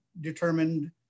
determined